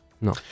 No